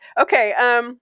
Okay